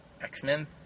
X-Men